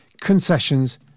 Concessions